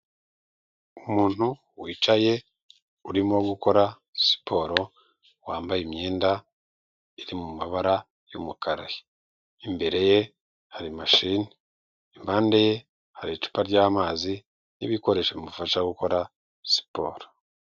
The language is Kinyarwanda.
Umuntu wicaye urimo gukora siporo wambaye imyenda iri mu mabara y'umukara, imbere ye hari mashine impande ye hari icupa ry'amazi n'ibikoresho bimufasha gukora siporo.